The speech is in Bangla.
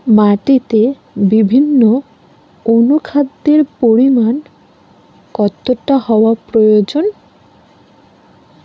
মাটিতে বিভিন্ন অনুখাদ্যের পরিমাণ কতটা হওয়া প্রয়োজন?